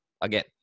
again